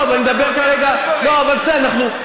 אבל אני מדבר כרגע, יכולתם להוציא הרבה דברים.